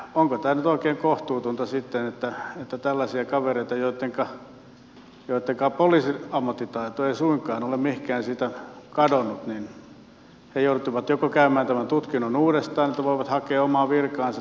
onko tämä nyt oikein kohtuullista että tällaiset kaverit joittenka poliisin ammattitaito ei suinkaan ole mihinkään siitä kadonnut joutuvat tekemään tämän tutkinnon että pääsevät hakemaan omaa virkaansa